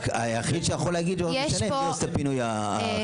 היחיד שיכול להגיד הוא המשלם כי הוא עושה את פינוי החירום.